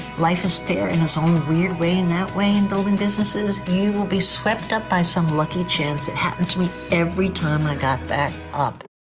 life is fair in its own weird way in that way of building businesses. you will be swept up by some lucky chance. it happened to me every time i got back up.